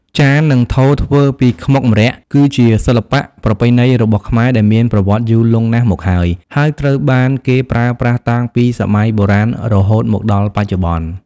ចាន និងថូធ្វើពីខ្មុកម្រ័ក្សណ៍ គឺជាសិល្បៈប្រពៃណីរបស់ខ្មែរដែលមានប្រវត្តិយូរលង់ណាស់មកហើយ ហើយត្រូវបានគេប្រើប្រាស់តាំងពីសម័យបុរាណរហូតមកដល់បច្ចុប្បន្ន។